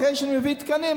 אחרי שאני מביא תקנים,